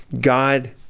God